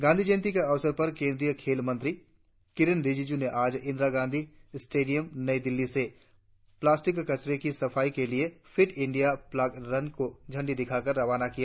गांधी जयंति के अवसर पर केंद्रीय खेल मंत्री किरेन रिजिजू ने आज इंदिरा गांधी स्टेडियम नई दिल्ली से प्लास्टिक कचरे की सफाई के लिए फिट इंडिया प्लाग रन को झंडी दिखाकर रवाना किया